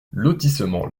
lotissement